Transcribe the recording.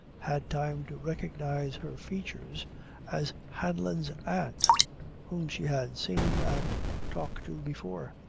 had time to recognize her features as hanlon's aunt whom she had seen and talked to before.